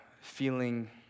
feeling